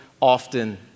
often